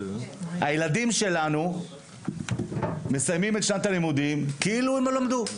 הילדים שלנו מסיימים את שנת הלימודים כאילו הם לא למדו,